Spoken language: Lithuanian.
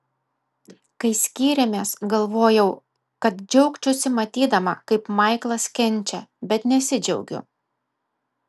kai skyrėmės galvojau kad džiaugčiausi matydama kaip maiklas kenčia bet nesidžiaugiu